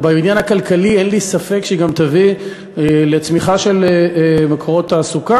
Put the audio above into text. ובעניין הכלכלי אין לי ספק שהיא גם תביא לצמיחה של מקורות תעסוקה,